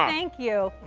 thank you.